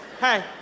hey